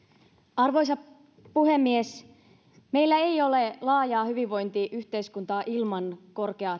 arvoisa puhemies meillä ei ole laajaa hyvinvointiyhteiskuntaa ilman korkeaa